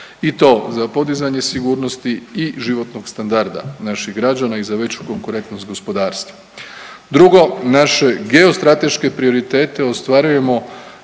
i to za podizanje sigurnosti i životnog standarda naših građana i za veću konkurentnost gospodarstva. Drugo, naše geostrateške prioritete ostvarujemo